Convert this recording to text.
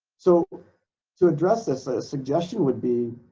so to address this a suggestion would be